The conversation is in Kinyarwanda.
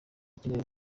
akeneye